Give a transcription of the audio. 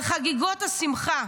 על חגיגות השמחה,